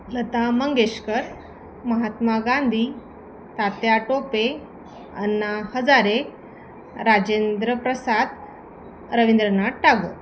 Lata Mangeshkar Mahatma Gandhi Tatya Tope Anna Hazare Rajendra Prasad Rabindranath Tagore